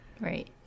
Right